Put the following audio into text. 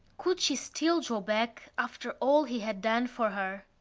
could she still draw back after all he had done for her?